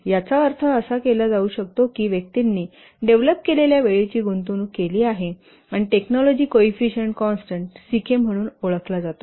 याचा अर्थ असा केला जाऊ शकतो की व्यक्तींनी डेव्हलप केलेल्या वेळेची गुंतवणूक केली आहे आणि technology coefficient constant C k म्हणून ओळखला जातो